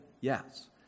Yes